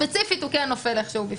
ספציפית הוא כן נופל איכשהו בפנים.